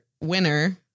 winner